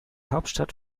hauptstadt